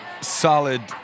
solid